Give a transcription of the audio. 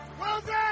Wilson